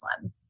one